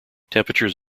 temperatures